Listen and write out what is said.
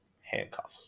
Handcuffs